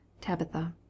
Tabitha